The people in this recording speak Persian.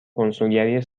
کنسولگری